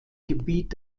gebiet